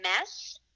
mess